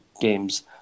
games